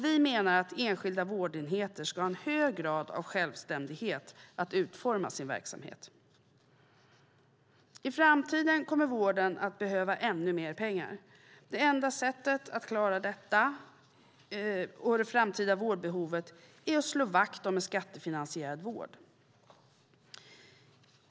Vi menar att enskilda vårdenheter ska ha en hög grad av självständighet att utforma sin verksamhet. I framtiden kommer vården att behöva ännu mer pengar. Det enda sättet att klara detta och det framtida vårdbehovet är att slå vakt om en skattefinansierad vård.